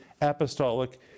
apostolic